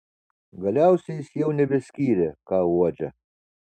galiausiai jis jau nebeskyrė ką uodžia